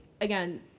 again